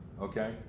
okay